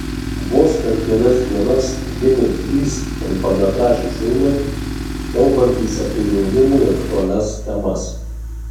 vos per kelias dienas gimė trys trumpametražiai filmai kalbantys apie jaunimui aktualias temas